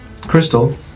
crystal